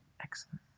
excellent